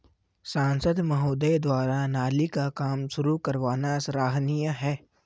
सांसद महोदय द्वारा नाली का काम शुरू करवाना सराहनीय है